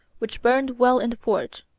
which burned well in the forge.